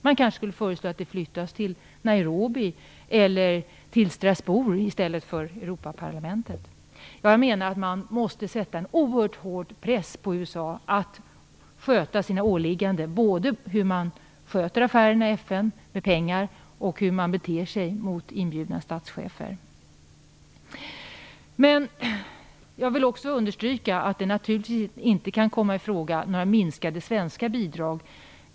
Man kanske skulle föreslå att det flyttas till Nairobi eller till Strasbourg, i stället för Europaparlamentet. Jag menar att man måste sätta en oerhört hård press på USA att sköta sina åligganden, både när det gäller FN:s ekonomiska affärer och hur man beter sig mot inbjudna statschefer. Men jag vill också understryka att några minskade svenska bidrag naturligtvis inte kan komma i fråga.